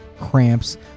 cramps